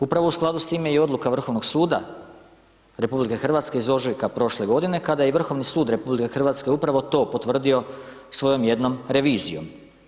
Upravo u skladu s time je odluka Vrhovnog suda RH iz ožujka prošle godine kada je i Vrhovni sud RH upravo to potvrdio svojom jednom revizijom.